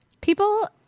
people